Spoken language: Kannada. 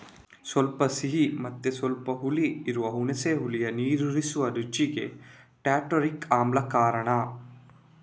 ಸ್ವಲ್ಪ ಸಿಹಿ ಮತ್ತೆ ಸ್ವಲ್ಪ ಹುಳಿ ಇರುವ ಹುಣಸೆ ಹುಳಿಯ ನೀರೂರಿಸುವ ರುಚಿಗೆ ಟಾರ್ಟಾರಿಕ್ ಆಮ್ಲ ಕಾರಣ